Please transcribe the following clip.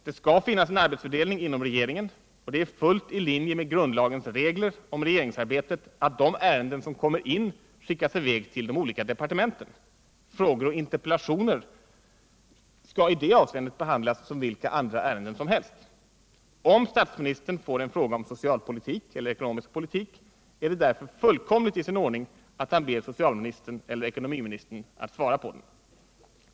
Det skall finnas en arbetsfördelning inom regeringen, och det är fullt i linje med grundlagens regler om regeringsarbetet, att de ärenden som kommer in skickas i väg till de olika departementen — frågor och interpellationer skall i det avseendet behandlas som vilket ärende som helst. Om statsministern får en fråga om socialpolitik eller ekonomisk politik, är det därför fullkomligt i sin ordning att han ber socialministern eller ekonomiministern svara på den.